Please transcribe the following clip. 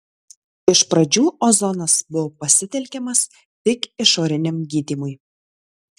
iš pradžių ozonas buvo pasitelkiamas tik išoriniam gydymui